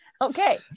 Okay